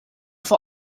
vor